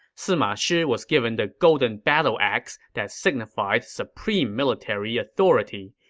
sima shi was given the golden battle axe that signified supreme military authority.